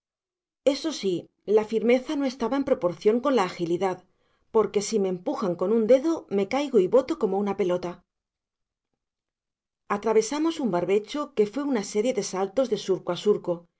eso sí la firmeza no estaba en proporción con la agilidad porque si me empujan con un dedo me caigo y boto como una pelota atravesamos un barbecho que fue una serie de saltos de surco a surco